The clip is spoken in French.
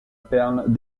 perle